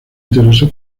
interesó